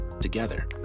together